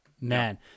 man